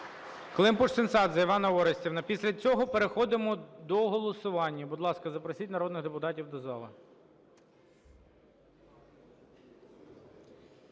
Климпуш-Цинцадзе Іванна Орестівна. Після цього переходимо до голосування. Будь ласка, запросіть народних депутатів до зали.